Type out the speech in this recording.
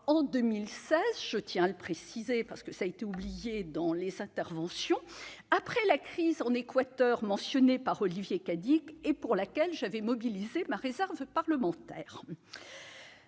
en 2016, je tiens à le préciser parce que cela a été oublié dans les interventions, après la crise en Équateur mentionnée par Olivier Cadic et pour laquelle j'avais mobilisé ma réserve parlementaire,